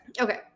Okay